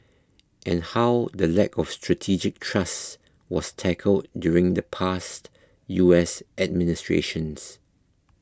and how the lack of strategic trust was tackled during the past U S administrations